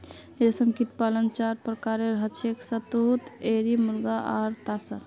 रेशमकीट पालन चार प्रकारेर हछेक शहतूत एरी मुगा आर तासार